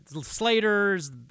Slaters